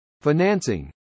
financing